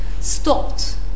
stopped